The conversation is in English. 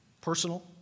Personal